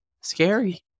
scary